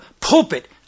pulpit